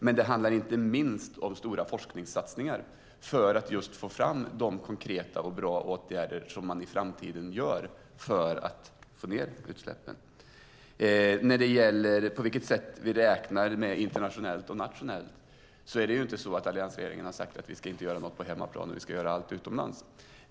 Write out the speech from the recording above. Men det handlar inte minst om stora forskningssatsningar för att just få fram de konkreta och bra åtgärder som man i framtiden ska vidta för att minska utsläppen. När det gäller på vilket sätt vi räknar internationellt och nationellt har alliansregeringen inte sagt att vi inte ska göra något på hemmaplan och göra allt utomlands.